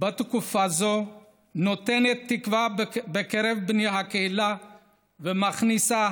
בתקופה זו נותנת תקווה בקרב בני הקהילה ומכניסה